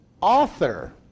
author